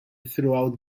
throughout